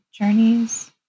journeys